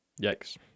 Yikes